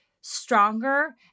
stronger